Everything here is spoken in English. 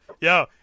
yo